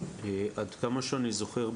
עד כמה שאני זוכר,